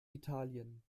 italien